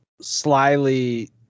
slyly